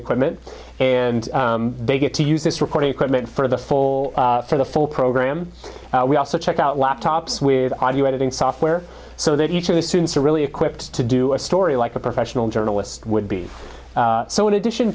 equipment and they get to use this recording equipment for the full for the full program we also check out laptops where audio editing software so that each of the students are really equipped to do a story like a professional journalist would be so in addition